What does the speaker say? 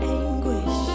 anguish